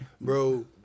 Bro